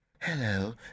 Hello